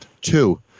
Two